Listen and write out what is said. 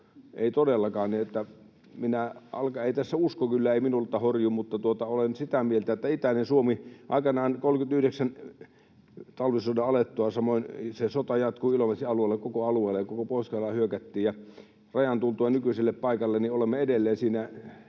ei todellakaan. Alkaa... Ei tässä usko kyllä minulta horju, mutta olen sitä mieltä, että itäinen Suomi... Aikanaan 39 talvisota alkoi ja se sota jatkui Ilomantsin alueelle, koko alueelle, koko Pohjois-Karjalaan hyökättiin, ja rajan tultua nykyiselle paikalleen olemme edelleen siinä